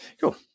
Cool